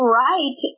right